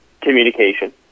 communication